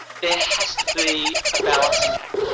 there has to be a balancing act.